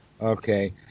Okay